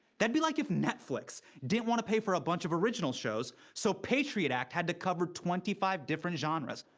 that'd be like if netflix didn't want to pay for a bunch of original shows, so patriot act had to cover twenty five different genres.